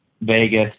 vegas